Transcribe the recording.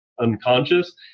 unconscious